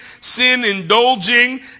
sin-indulging